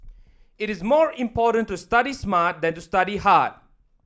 it is more important to study smart than to study hard